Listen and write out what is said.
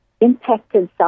impacted